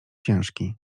ciężki